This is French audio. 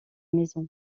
maison